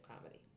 comedy